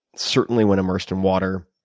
certainly when immersed in water,